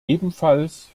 ebenfalls